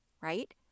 right